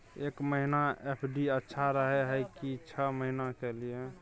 एक महीना एफ.डी अच्छा रहय हय की छः महीना के लिए?